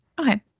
Okay